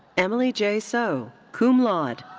emily j. so, cum laude.